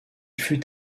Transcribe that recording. fut